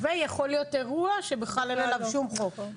ויכול להיות אירוע שבכלל אין עליו שום חוק.